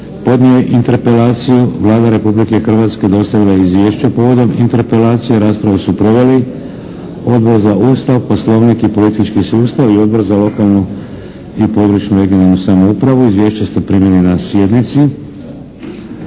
podnio je interpelaciju. Vlada Republike Hrvatske dostavila je izvješće povodom interpelacije. Raspravu su proveli Odbor za Ustav, Poslovnik i politički sustav i Odbor za lokalnu i područnu (regionalnu) samoupravu. Izvješće ste primili na sjednici.